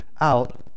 out